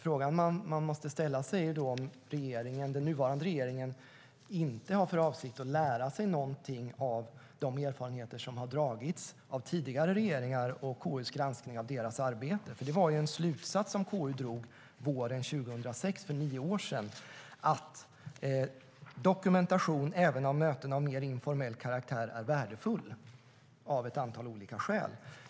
Frågan man måste ställa sig är om den nuvarande regeringen inte har för avsikt att lära sig någonting av de erfarenheter som har dragits av tidigare regeringar och KU:s granskning av deras arbete. Slutsatsen som KU drog våren 2006, alltså för nio år sedan, var ju att dokumentation även av möten av mer informell karaktär är värdefull av ett antal olika skäl.